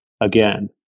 again